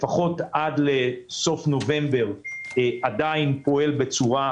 לפחות עד לסוף נובמבר עדיין פועל בצורה